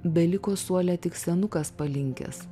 beliko suole tik senukas palinkęs